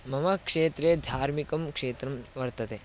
मम क्षेत्रे धार्मिकं क्षेत्रं वर्तते